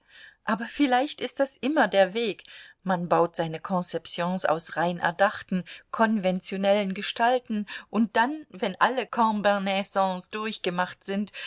aber vielleicht ist das immer der weg man baut seine conceptions aus rein erdachten konventionellen gestalten und dann wenn alle combinaisons durchgemacht sind